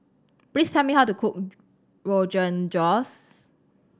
please tell me how to cook Rogan Josh